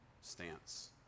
stance